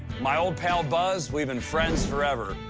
my old pal, buzz, we've been friends forever.